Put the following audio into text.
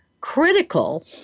critical